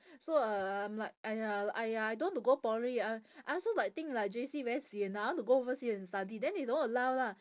so um I'm like !aiya! !aiya! I don't want to go poly I I also like think like J_C very sian I want to go oversea and study then they don't allow lah